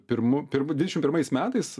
pirmu pirm dvidešim pirmais metais